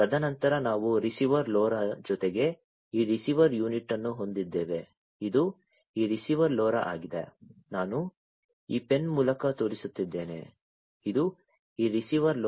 ತದನಂತರ ನಾವು receiver LoRa ಜೊತೆಗೆ ಈ ರಿಸೀವರ್ ಯುನಿಟ್ ಅನ್ನು ಹೊಂದಿದ್ದೇವೆ ಇದು ಈ ರಿಸೀವರ್ LoRa ಆಗಿದೆ ನಾನು ಈ ಪೆನ್ ಮೂಲಕ ತೋರಿಸುತ್ತಿದ್ದೇನೆ ಇದು ಈ ರಿಸೀವರ್ LoRa